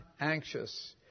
anxious